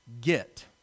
get